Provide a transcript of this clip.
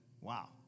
Wow